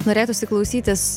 norėtųsi klausytis